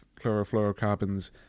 chlorofluorocarbons